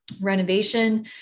renovation